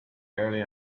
early